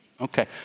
Okay